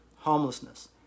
homelessness